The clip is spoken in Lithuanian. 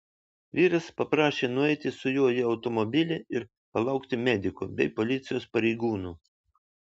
vyras paprašė nueiti su juo į automobilį ir palaukti medikų bei policijos pareigūnų